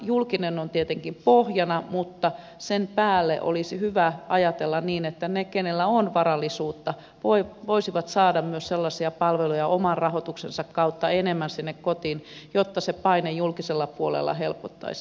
julkinen on tietenkin pohjana mutta sen päälle olisi hyvä ajatella niin että ne joilla on varallisuutta voisivat myös saada enemmän sellaisia palveluja oman rahoituksensa kautta sinne kotiin jotta se paine julkisella puolella helpottaisi